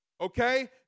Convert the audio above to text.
Okay